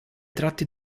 tratti